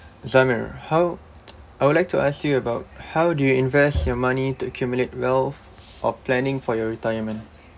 zamir how I would like to ask you about how do you invest your money to accumulate wealth or planning for your retirement